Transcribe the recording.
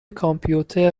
کامپیوتر